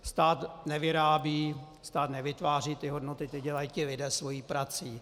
Stát nevyrábí, stát nevytváří hodnoty, to dělají ti lidé svou prací.